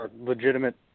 legitimate